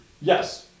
Yes